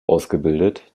ausgebildet